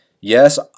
yes